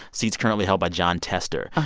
seat is currently held by john tester.